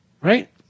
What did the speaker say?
Right